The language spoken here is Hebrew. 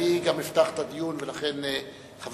אני גם אפתח את הדיון, ולכן חברתי,